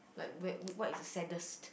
like where what is the saddest